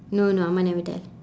no no amma never tell